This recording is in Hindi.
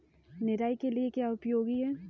निराई के लिए क्या उपयोगी है?